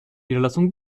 niederlassung